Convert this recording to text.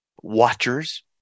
watchers